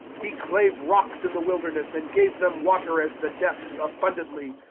he clave rocks in the wilderness, and gave them water as the depths, abundantly.